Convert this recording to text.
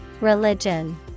Religion